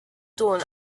dawn